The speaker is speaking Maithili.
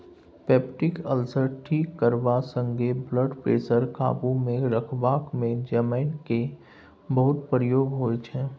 पेप्टीक अल्सर ठीक करबा संगे ब्लडप्रेशर काबुमे रखबाक मे जमैन केर बहुत प्रयोग होइ छै